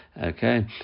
Okay